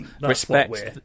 Respect